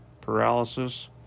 paralysis